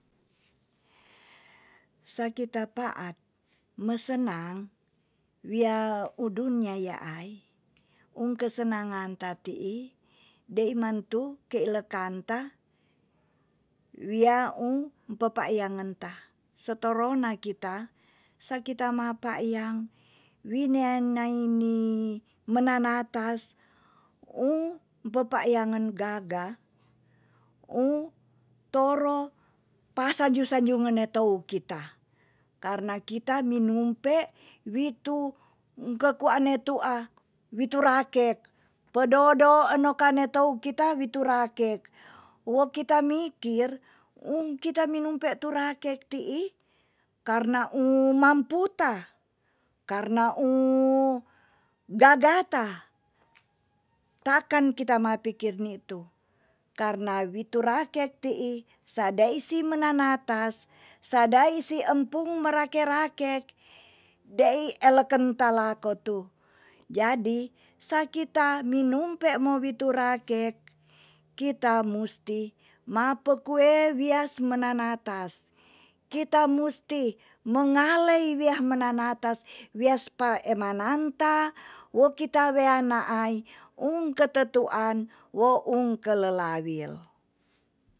Saki ta paat mesenang wia u dunia yaai un kesenangan ta ti'i dei mantu kek lekan ta wia um pepakyangenta. sa toro na kita sakita mapakyang wi nea an nai ni menanatas um pepakyangen gaga um toro pasaju saju mene tou kita. karena kita minumpe witu kekua ne tu'a witurakek pedodo enokan ni tou kita witurakek. wo kita mikir um kita minumpe turakek ti'i karena um mamputa karena um gagata. takkan kita ma pikir ni tu karena witu rakek ti'i sa dai si menanatas sa dai si empung merake rakek dai eleken ta lako tu. jadi sakita minumpe mo witu rakek kita musti mapekuwe wias menanatas kita musti mengalei wia menanatas wias pa emananta wo kita wean na ai um ketetuan wo um kelelawil.